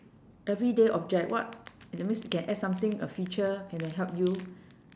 everyday object what that means can add something a feature that can help you